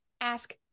ask